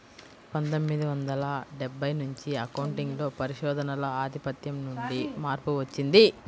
పందొమ్మిది వందల డెబ్బై నుంచి అకౌంటింగ్ లో పరిశోధనల ఆధిపత్యం నుండి మార్పు వచ్చింది